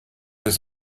ist